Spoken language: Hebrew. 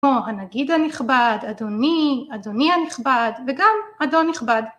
כמו הנגיד הנכבד, אדוני, אדוני הנכבד וגם אדון נכבד.